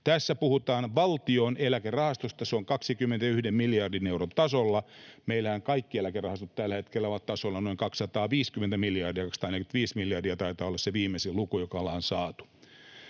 Tässä puhutaan Valtion Eläkerahastosta, joka on 21 miljardin euron tasolla. Meillähän kaikki eläkerahastot tällä hetkellä ovat tasolla noin 250 miljardia — 245 miljardia taitaa olla se viimeisin luku, joka ollaan saatu.